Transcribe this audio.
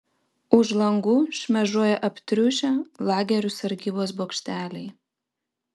už langų šmėžuoja aptriušę lagerių sargybos bokšteliai